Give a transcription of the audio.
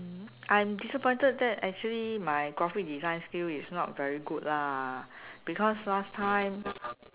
I'm disappointed that actually my graphic design skill is not very good lah because last time